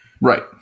Right